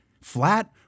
flat